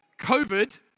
COVID